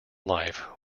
life